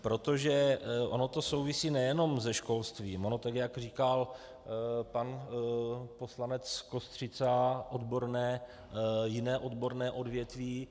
Protože ono to souvisí nejenom se školstvím, ono tak jak říkal pan poslanec Kostřica jiné odborné odvětví.